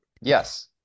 yes